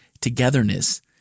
togetherness